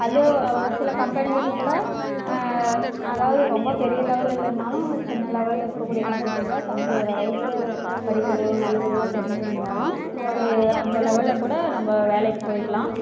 அது ஒரு சில கம்பெனிகள் கூட அதாவது ரொம்ப பெரிய லெவெலில் இல்லைனாலும் சின்ன லெவெலில் இருக்க கூடியே கம்பெனிகளில் தமிழ் ஓரளவுக்கு படிக்கவோ எழுதவோ தெரிச்சுருந்தாலும் ஒரு அந்த லெவெலில் கூட நம்ப வேலைக்கு போய்க்கலாம்